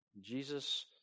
Jesus